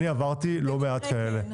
אבל אני עברתי לא מעט כאלה.